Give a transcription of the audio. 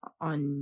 on